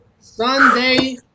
Sunday